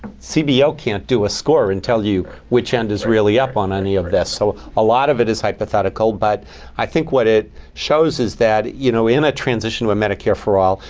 cbo can't do a score and tell you which end is really up on any of that. so a lot of it is hypothetical. but i think what it shows is that you know in a transition with medicare for all,